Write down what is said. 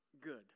good